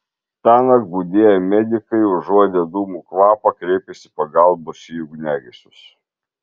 tąnakt budėję medikai užuodę dūmų kvapą kreipėsi pagalbos į ugniagesius